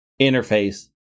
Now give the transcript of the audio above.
interface